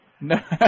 No